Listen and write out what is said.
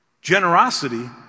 Generosity